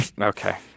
okay